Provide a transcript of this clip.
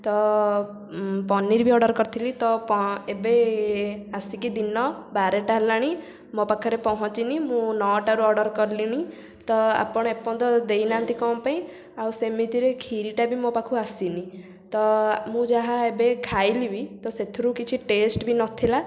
ତ ପନିର ବି ଅର୍ଡ଼ର୍ କରିଥିଲି ତ ପଁ ଏବେ ଆସିକି ଦିନ ବାରଟା ହେଲାଣି ମୋ ପାଖରେ ପହଞ୍ଚିନି ମୁଁ ନଅଟାରୁ ଅର୍ଡ଼ର୍ କଲିଣି ତ ଆପଣ ଏପର୍ଯ୍ୟନ୍ତ ଦେଇନାହାନ୍ତି କ'ଣ ପାଇଁ ସେମିତିରେ ଖିରିଟା ବି ମୋ ପାଖକୁ ଆସିନି ତ ମୁଁ ଯାହା ଏବେ ଖାଇଲି ବି ତ ସେଥିରୁ କିଛି ଟେଷ୍ଟ୍ ବି ନଥିଲା